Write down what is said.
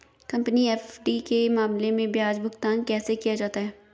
Company FD के मामले में ब्याज भुगतान कैसे किया जाता है?